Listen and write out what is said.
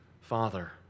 Father